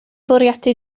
bwriadu